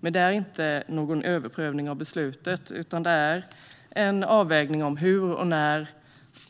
Det är dock inte någon överprövning av beslutet utan en avvägning av hur och när